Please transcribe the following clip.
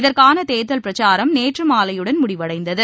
இதற்கான தேர்தல் பிரச்சாரம் நேற்று மாலையுடன் முடிவடைந்தது